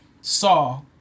saw